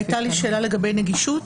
והייתה לי שאלה לגבי נגישות,